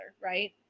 right